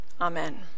Amen